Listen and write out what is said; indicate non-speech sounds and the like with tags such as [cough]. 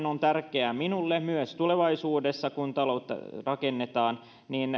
[unintelligible] on tärkeää minulle myös tulevaisuudessa kun taloutta rakennettaan